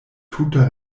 tuta